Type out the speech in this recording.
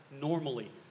normally